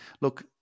look